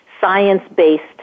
science-based